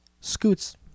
scoots